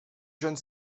jeune